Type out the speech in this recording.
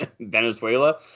Venezuela